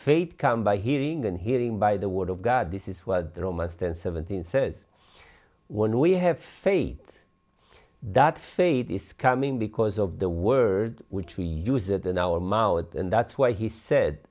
faith come by hearing and hearing by the word of god this is what they're all must and seventeen says when we have faith that faith is coming because of the word which we use it in our mouth and that's why he said